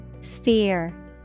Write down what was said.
sphere